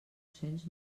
cents